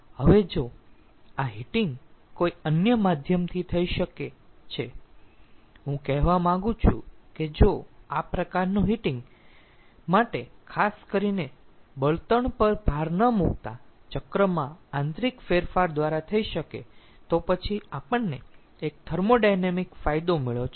હવે જો આ હીટિંગ કોઈ અન્ય માધ્યમથી થઈ શકે છે હું કહેવા માંગુ છું કે જો આ પ્રકારનું હીટિંગ માટે ખાસ કરીને બળતણ પર ભાર ન મૂકતા ચક્રમાં આંતરિક ફેરફાર દ્વારા થઈ શકે તો પછી આપણને એક થર્મોોડાયનેમિક ફાયદો મળ્યો છે